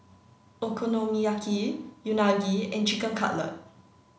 Okonomiyaki Unagi and Chicken Cutlet